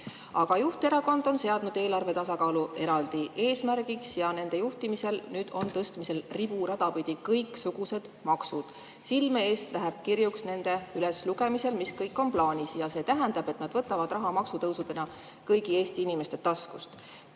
Aga juhterakond on seadnud eelarve tasakaalu eraldi eesmärgiks ja nende juhtimisel on tõstmisel riburadapidi kõiksugused maksud. Silme ees läheb kirjuks nende üleslugemisel, mis kõik on plaanis. See tähendab, et nad võtavad raha maksutõusude abil kõigi Eesti inimeste taskust.